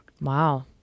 Wow